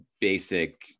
Basic